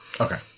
Okay